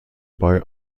bei